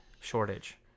shortage